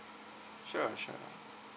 sure sure